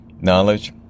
knowledge